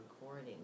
recording